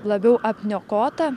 labiau apniokota